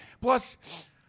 Plus